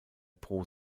pro